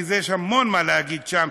כי יש המון מה להגיד שם,